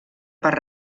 per